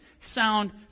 sound